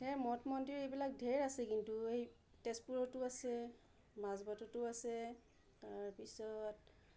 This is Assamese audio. সেই মঠ মন্দিৰ সেইবিলাক ঢেৰ আছে কিন্তু এই তেজপুৰতো আছে মাজবাটতো আছে তাৰ পিছত